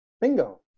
Bingo